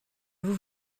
vous